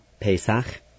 Pesach